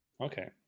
Okay